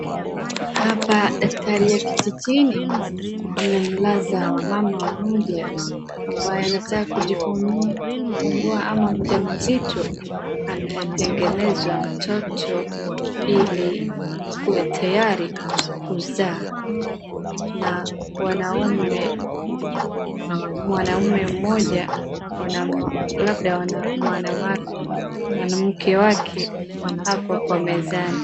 Hapa dakitari ya kijijini, amemlaza mama mmoja ambayo anataka kujifungua ama mjaa mzito anayetengenezwa mtoto ili kuwe tayari kuzaa. Na wanaume mwanamume mmoja labda mwana mwanamke wake hapo kwa mezani.